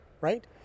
right